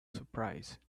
surprised